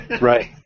Right